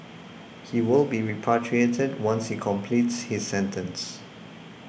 he will be repatriated once he completes his sentence